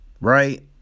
right